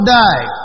die